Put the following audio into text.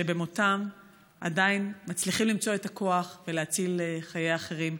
שבמותם עדיין מצליחים למצוא את הכוח ולהציל חיי אחרים.